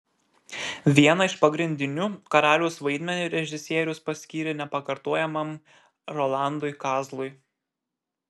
vieną iš pagrindinių karaliaus vaidmenį režisierius paskyrė nepakartojamam rolandui kazlui